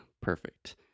Perfect